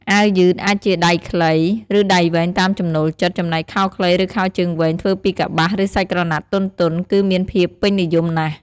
អាវយឺតអាចជាដៃខ្លី ឬដៃវែងតាមចំណូលចិត្ត ចំណែកខោខ្លី ឬខោជើងវែងធ្វើពីកប្បាស ឬសាច់ក្រណាត់ទន់ៗ គឺមានភាពពេញនិយមណាស់។